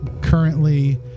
currently